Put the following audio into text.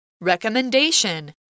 Recommendation